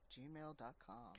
gmail.com